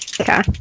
Okay